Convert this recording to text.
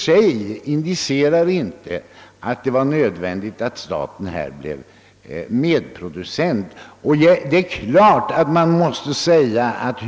De stora kapitalinvesteringarna indicerade alltså i och för sig inte att staten måste bli medproducent.